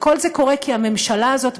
וכל זה קורה כי הממשלה הזאת,